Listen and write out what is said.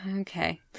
Okay